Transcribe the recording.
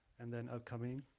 and then, upcoming,